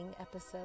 episode